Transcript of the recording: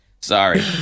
Sorry